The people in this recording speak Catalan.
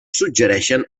suggereixen